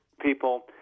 people